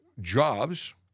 Jobs